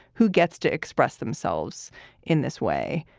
who gets to express themselves in this way?